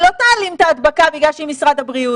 היא לא תעלים את ההדבקה בגלל שהיא משרד הבריאות.